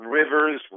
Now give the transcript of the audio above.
rivers